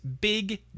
Big